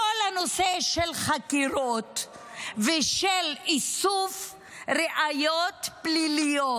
בכל הנושא של חקירות ושל איסוף ראיות פליליות,